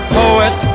poet